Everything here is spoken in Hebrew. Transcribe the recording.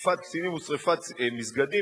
תקיפת קטינים ושרפת מסגדים.